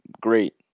great